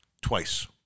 twice